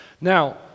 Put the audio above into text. Now